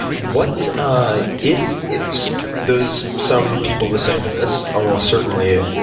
what ah if if those some people listening to this um will certainly,